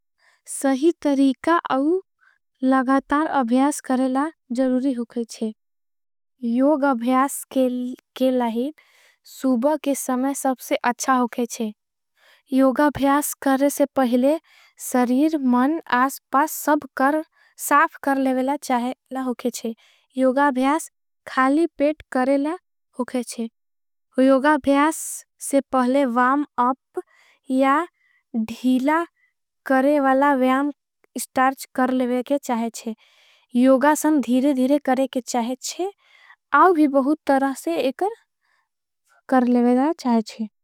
सही तरीका अवु लगतार अभ्यास करेला ज़रूरी होकेछे। योग अभ्यास के लाई सूबा के समय सबसे अच्छा होकेछे। योग अभ्यास करे से पहले सरीर मन आसपास सब कर। साफ कर लेवेला चाहेला होकेछे योग अभ्यास खाली पेट। करेला होकेछे योग अभ्यास से पहले वाम अप या धीला। करेवाला वियाम स्टार्च कर लेवेला चाहेछे योगासन धीरे धीरे। करेके चाहेछे आव भी बहुत तरह से एकर कर लेवेला चाहेछे।